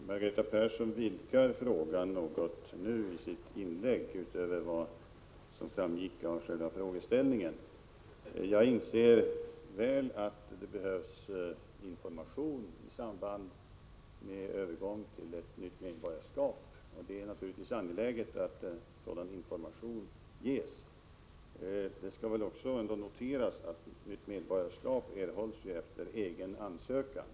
Herr talman! Margareta Persson vidgar sin fråga något i sitt inlägg utöver vad som framgick av den fråga som hon ställt. Jag inser väl att det behövs information i samband med övergång till ett nytt medborgarskap. Det är naturligtvis angeläget att sådan information ges. Det skall ändå noteras att ett nytt medborgarskap ju erhålls genom egen ansökan.